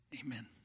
Amen